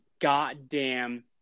goddamn